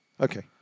Okay